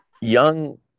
young